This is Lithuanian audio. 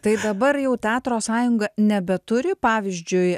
tai dabar jau teatro sąjunga nebeturi pavyzdžiui